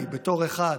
אלי, בתור אחד